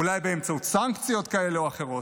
אולי באמצעות סנקציות כאלה או אחרות.